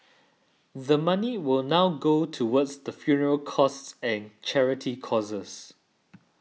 the money will now go towards the funeral costs and charity causes